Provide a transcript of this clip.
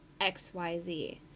XYZ